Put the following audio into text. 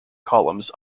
columns